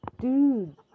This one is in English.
Dude